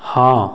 हाँ